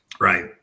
Right